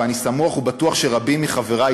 ואני סמוך ובטוח שרבים מחברי,